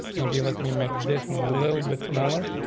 maybe let me make this one a little bit smaller.